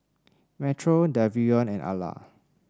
Metro Davion and Alla